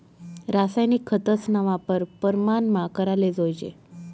रासायनिक खतस्ना वापर परमानमा कराले जोयजे